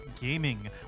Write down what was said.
gaming